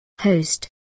host